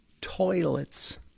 toilets